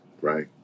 right